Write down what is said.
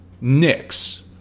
Knicks